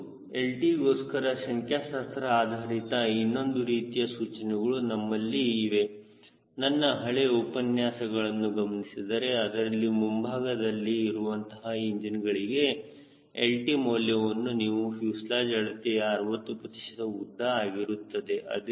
ಮತ್ತು lt ಗೋಸ್ಕರ ಸಂಖ್ಯಾಶಾಸ್ತ್ರ ಆಧಾರಿತ ಇನ್ನೊಂದು ರೀತಿಯ ಸೂಚನೆಗಳು ನಿಮ್ಮಲ್ಲಿ ಇವೆ ನನ್ನ ಹಳೆಯ ಉಪನ್ಯಾಸಗಳನ್ನು ಗಮನಿಸಿದರೆ ಅದರಲ್ಲಿ ಮುಂಭಾಗದಲ್ಲಿ ಇರುವಂತಹ ಇಂಜಿನ್ ಗಳಿಗೆ lt ಮೌಲ್ಯವನ್ನು ನೀವು ಫ್ಯೂಸೆಲಾಜ್ ಅಳತೆಯ 60 ಪ್ರತಿಶತ ಉದ್ದ ಆಗಿರುತ್ತದೆ